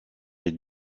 est